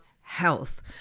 health